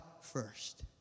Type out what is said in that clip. first